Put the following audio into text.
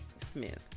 Smith